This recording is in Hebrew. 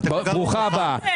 ברוכה הבאה.